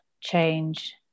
change